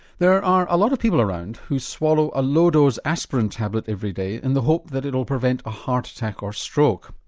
there are a lot of people around who swallow a low-dose aspirin tablet every day in the hope that it'll prevent a heart attack or stroke.